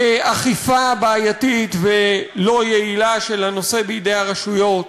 אכיפה בעייתית ולא יעילה של הנושא בידי הרשויות.